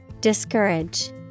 Discourage